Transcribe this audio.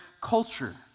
culture